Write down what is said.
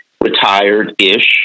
retired-ish